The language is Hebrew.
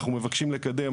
אנחנו מבקשים לקדם.